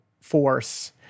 force